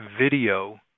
video